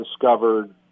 discovered